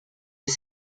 des